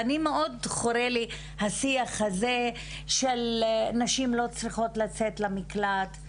מאוד חורה לי השיח שנשים לא צריכות לצאת למקלט.